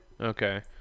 Okay